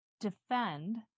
defend